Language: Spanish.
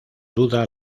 duda